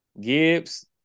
Gibbs